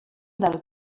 del